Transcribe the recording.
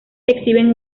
exhiben